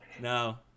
no